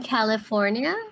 California